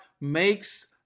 makes